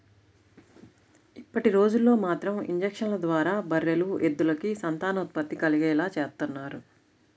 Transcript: ఇప్పటిరోజుల్లో మాత్రం ఇంజక్షన్ల ద్వారా బర్రెలు, ఎద్దులకి సంతానోత్పత్తి కలిగేలా చేత్తన్నారు